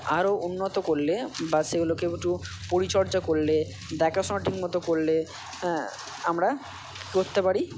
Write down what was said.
আরও উন্নত করলে বা সেগুলোকে একটু পরিচর্যা করলে দেখাশুনা ঠিকমতো করলে হ্যাঁ আমরা কি করতে পারি